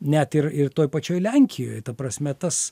net ir ir toj pačioj lenkijoj ta prasme tas